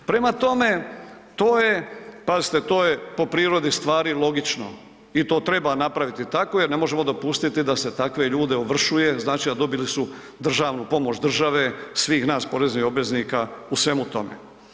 Prema tome, to je, pazite, to je po prirodi stvari logično i to treba napraviti tako jer ne možemo dopustiti da se takve ljude ovršuje, znači, a dobili su državnu pomoć države, svih nas državnih obveznika u svemu tome.